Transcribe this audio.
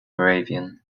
moravian